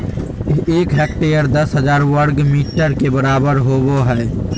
एक हेक्टेयर दस हजार वर्ग मीटर के बराबर होबो हइ